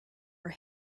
are